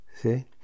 See